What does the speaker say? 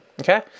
Okay